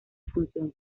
función